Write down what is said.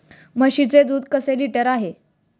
म्हशीचे दूध कसे लिटर आहे?